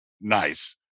nice